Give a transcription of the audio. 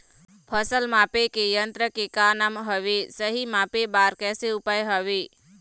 फसल मापे के यन्त्र के का नाम हवे, सही मापे बार कैसे उपाय हवे?